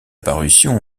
parution